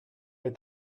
est